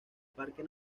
parque